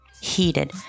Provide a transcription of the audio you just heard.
heated